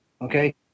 Okay